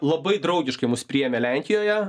labai draugiškai mus priėmė lenkijoje